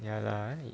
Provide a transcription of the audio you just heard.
ya lah